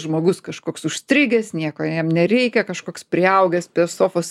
žmogus kažkoks užstrigęs nieko jam nereikia kažkoks priaugęs prie sofos